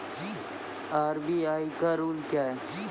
RBI का rule क्या हैं?